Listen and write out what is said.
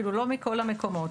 אפילו לא מכל המקומות.